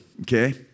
okay